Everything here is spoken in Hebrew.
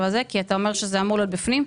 כי אתה אומר שזה אמור להיות כלול בפנים.